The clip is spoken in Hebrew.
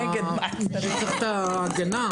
ההגנה.